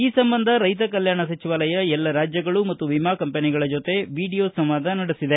ಈ ಸಂಬಂಧ ರೈತ ಕಲ್ಯಾಣ ಸಚವಾಲಯ ಎಲ್ಲ ರಾಜ್ಯಗಳು ಮತ್ತು ವಿಮಾ ಕಂಪನಿಗಳ ಜೊತೆ ವಿಡಿಯೋ ಸಂವಾದ ನಡೆಸಿದೆ